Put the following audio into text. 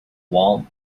wall